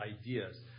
ideas